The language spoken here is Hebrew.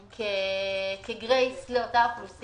שלום, קודם כל, אנחנו מאוד מברכים על התיקון הזה.